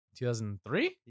2003